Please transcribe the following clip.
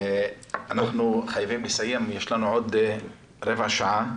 אנחנו חייבים לסיים, יש לנו עוד רבע שעה.